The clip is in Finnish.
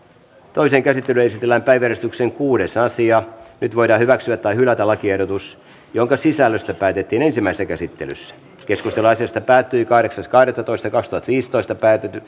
toiseen käsittelyyn esitellään päiväjärjestyksen kuudes asia nyt voidaan hyväksyä tai hylätä lakiehdotus jonka sisällöstä päätettiin ensimmäisessä käsittelyssä keskustelu asiasta päättyi kahdeksas kahdettatoista kaksituhattaviisitoista